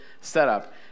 setup